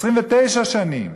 29 שנה.